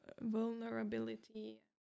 vulnerability